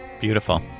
Beautiful